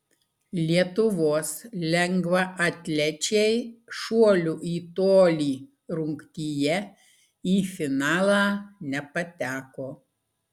lietuvos lengvaatlečiai šuolių į tolį rungtyje į finalą nepateko